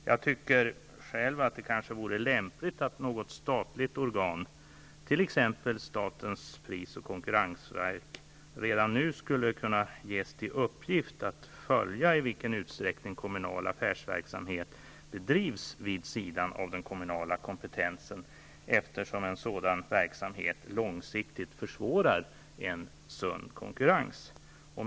Jag menar själv att det kanske vore lämpligt att något statligt organ, t.ex. statens pris och konkurrensverk, redan nu gavs i uppgift att följa i vilken utsträckning kommunal affärsverksamhet bedrivs vid sidan av den kommunala kompetensen, eftersom en sådan verksamhet långsiktigt försvårar en sund konkurrens.